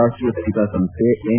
ರಾಜ್ವೀಯ ತನಿಖಾ ಸಂಸ್ಥೆ ಎನ್